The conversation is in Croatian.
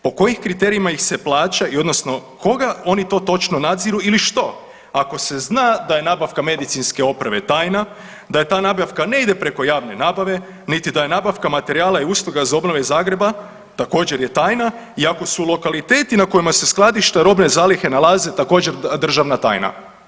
Po kojim kriterijima ih se plaća odnosno koga oni to točno nadziru ili što, ako se zna da je medicinske opreme tajna, da ta nabavka ne ide preko javne nabave niti da je nabavka materijala i usluga za obnove Zagreba, također je tajna iako su lokaliteti na kojima se skladišta robne zalihe nalaze također državna tajna?